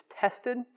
tested